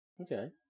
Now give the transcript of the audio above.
Okay